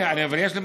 כבוד היושב-ראש,